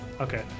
Okay